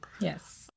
Yes